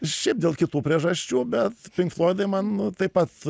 šiaip dėl kitų priežasčių bet pink floidai man taip pat